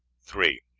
three.